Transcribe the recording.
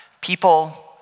people